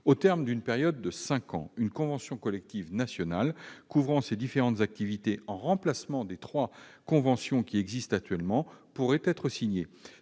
Au terme d'une période de cinq ans, une convention collective nationale couvrant ces différentes activités en remplacement des trois conventions qui existent actuellement pourrait être signée.